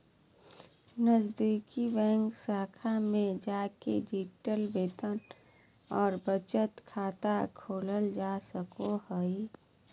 नजीदीकि बैंक शाखा में जाके डिजिटल वेतन आर बचत खाता खोलल जा सको हय